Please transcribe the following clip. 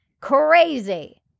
Crazy